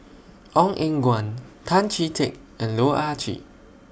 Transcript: Ong Eng Guan Tan Chee Teck and Loh Ah Chee